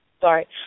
sorry